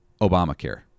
Obamacare